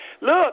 look